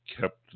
kept